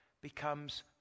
becomes